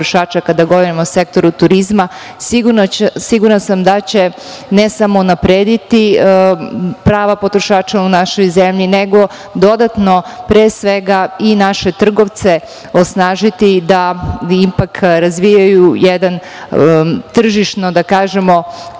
kada govorimo o sektoru turizma, sigurna sam da će ne samo unaprediti prava potrošača u našoj zemlji nego dodatno pre svega i naše trgovce osnažiti da ipak razvijaju jedan tržišno konkurentan